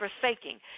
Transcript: forsaking